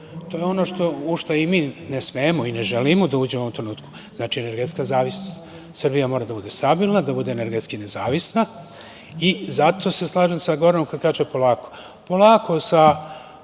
To je ono u šta i mi ne smemo i ne želimo da uđemo u ovom trenutku, znači energetska zavisnost. Srbija mora da bude stabilna, da bude energetski nezavisna i zato se slažem sa Goranom kada kaže – polako.